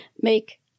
make